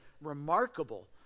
remarkable